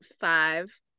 five